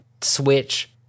switch